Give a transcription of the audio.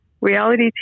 reality